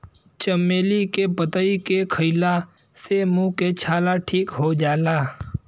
चमेली के पतइ के खईला से मुंह के छाला ठीक हो जाला